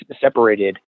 separated